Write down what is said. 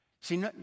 See